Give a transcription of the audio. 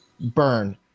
burn